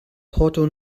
porto